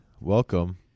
Welcome